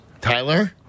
Tyler